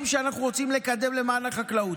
שאנחנו רוצים לקדם למען החקלאות.